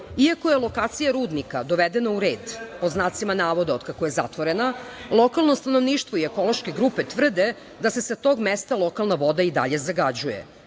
Iako je lokacija rudnika dovedena u red, pod znacima navoda, od kako je zatvorena lokalno stanovništvo i ekološke grupe tvrde da se sa tog mesta lokalna voda i dalje